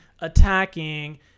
attacking